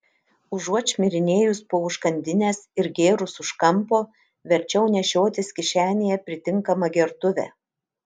užuot šmirinėjus po užkandines ir gėrus už kampo verčiau nešiotis kišenėje pritinkamą gertuvę